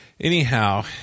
anyhow